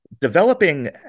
developing